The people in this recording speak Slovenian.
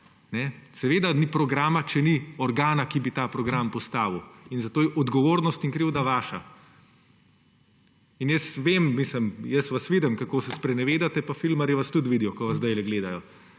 Seveda ni programa, če ni organa, ki bi ta program postavil. In zato je odgovornost in krivda vaša. In jaz vem, jaz vas vidim, kako se sprenevedate, pa filmarji vas tudi vidijo, ko vas zdaj gledajo.